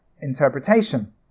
interpretation